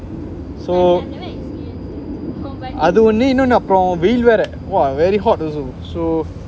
so அது ஒன்னு இன்னொன்னு அப்பறோம் வெயில் வேற:athu onnu innonnu apporoam veyil vera !wah! very hot also so